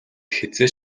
хэзээ